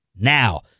now